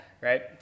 Right